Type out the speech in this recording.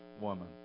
woman